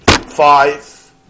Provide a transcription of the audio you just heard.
five